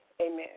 Amen